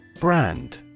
Brand